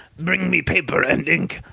bring me paper and ink,